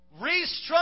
Restructure